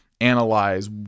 analyze